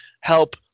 help